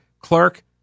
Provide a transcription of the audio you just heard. clerk